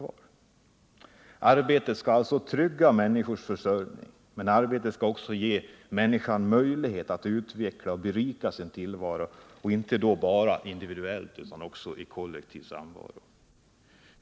Arbete skall alltså trygga människors försörjning, men arbetet skall också ge människor möjlighet att utveckla och berika sin tillvaro, inte bara individuellt utan också i kollektiv samvaro.